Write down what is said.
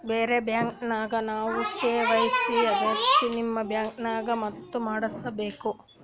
ಬ್ಯಾರೆ ಬ್ಯಾಂಕ ನ್ಯಾಗ ನಮ್ ಕೆ.ವೈ.ಸಿ ಆಗೈತ್ರಿ ನಿಮ್ ಬ್ಯಾಂಕನಾಗ ಮತ್ತ ಮಾಡಸ್ ಬೇಕ?